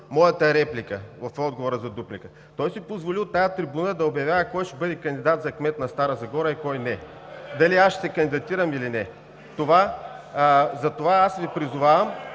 моята реплика в отговор на дуплика. Той си позволи от тази трибуна да обявява кой ще бъде кандидат за кмет на Стара Загора и кой не, дали аз ще се кандидатирам или не. Затова сега